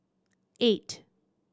eight